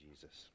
Jesus